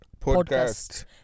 Podcast